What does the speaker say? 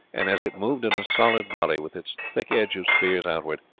and as it moved in a solid body, with its thick edge of spears outward,